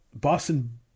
Boston